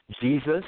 Jesus